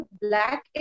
Black